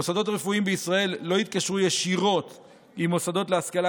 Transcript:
מוסדות רפואיים בישראל לא יתקשרו ישירות עם מוסדות להשכלה